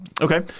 Okay